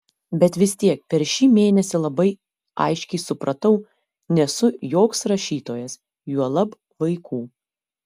bet vis tiek per šį mėnesį labai aiškiai supratau nesu joks rašytojas juolab vaikų